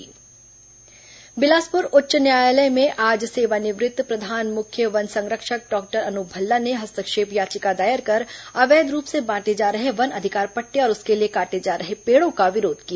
high court वन अधिकार पट्टा बिलासपुर उच्च न्यायालय में आज सेवानिवृत्त प्रधान मुख्य वन संरक्षक डॉक्टर अनूप भल्ला ने हस्तक्षेप याचिका दायर कर अवैध रूप से बांटे जा रहे वन अधिकार पट्टे और उसके लिए काटे जा रहे पेड़ों का विरोध किया